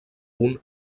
punt